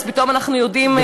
אז פתאום אנחנו יודעים לצאת,